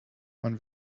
man